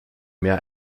mehr